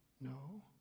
no